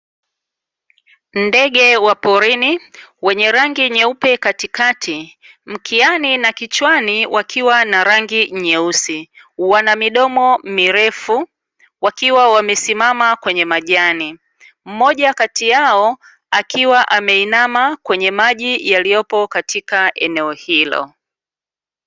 Ndege wa porini wenye rangi nyeupe katikati, mkiani na kichwani wakiwa na rangi nyeusi wana midomo mirefu, wakiwa wamesimama kwenye majani. Mmoja kati yao akiwa ameinama kwenye maji yaliyopo katika eneo hilo.